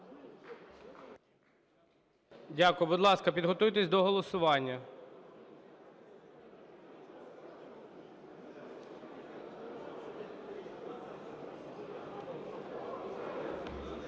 Дякую. Будь ласка, підготуйтесь до голосування.